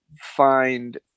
find